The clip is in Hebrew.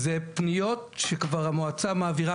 זה פניות שכבר המועצה מעבירה